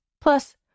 Plus